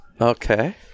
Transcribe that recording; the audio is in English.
Okay